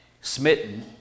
smitten